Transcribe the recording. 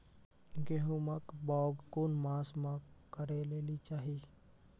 गेहूँमक बौग कून मांस मअ करै लेली चाही?